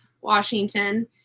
Washington